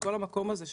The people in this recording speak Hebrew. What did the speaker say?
כל המקום הזה,